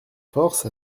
force